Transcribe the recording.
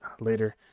later